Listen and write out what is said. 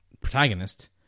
protagonist